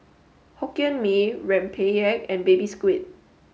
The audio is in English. Hokkien Mee Rempeyek and baby Squid